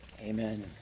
amen